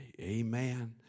Amen